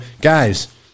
guys